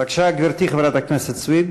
בבקשה, גברתי, חברת הכנסת סויד.